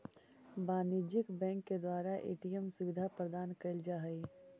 वाणिज्यिक बैंक के द्वारा ए.टी.एम सुविधा प्रदान कैल जा हइ